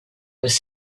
was